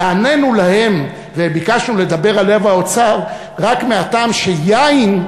נענינו להם וביקשנו לדבר על לב האוצר רק מהטעם שיין,